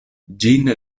ĝin